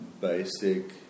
basic